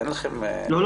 לא.